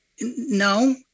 no